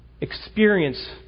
experience